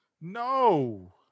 No